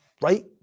right